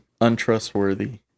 untrustworthy